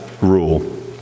rule